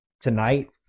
Tonight